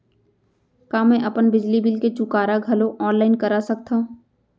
का मैं अपन बिजली बिल के चुकारा घलो ऑनलाइन करा सकथव?